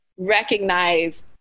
recognize